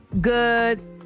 good